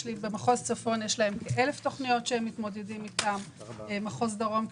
במחוז צפון יש 1,000 תוכניות, במחוז דרום כ-700,